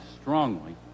strongly